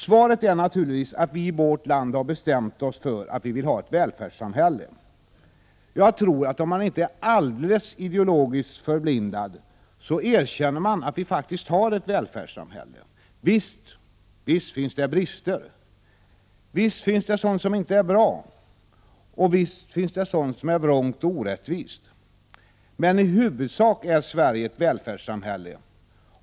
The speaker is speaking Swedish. Svaret är naturligtvis att vi i vårt land har bestämt oss för att vi vill ha ett välfärdssamhälle. Jag tror att om man inte är alldeles ideologiskt förblindad så erkänner man att vi faktiskt har ett välfärdssamhälle. Visst finns det brister. Visst finns det sådant som inte är så bra, och visst finns det sådant som är vrångt och orättvist. Men i huvudsak är Sverige ett välfärdssamhälle.